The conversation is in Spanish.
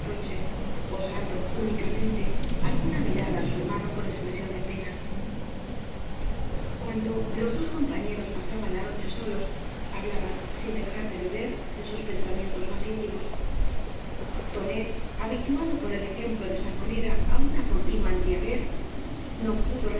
osando únicamente alguna mirada á su hermano con expresión de pena cuando los dos compañeros pasaban la noche oíos hablaban sin dejar de beber de sus peneamlentos más íntimos tonet habituado por el ejemplo de sangonera á una continua embriaguez no pudo